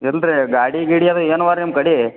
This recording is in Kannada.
ಇಲ್ಲ ರೀ ಗಾಡಿ ಗೀಡಿ ಅದು ಏನವ ನಿಮ್ಮ ಕಡೆ